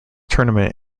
tournament